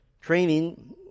training